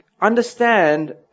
understand